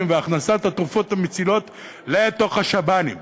והכנסת התרופות המצילות לתוך השב"נים,